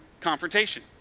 confrontation